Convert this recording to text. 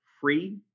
free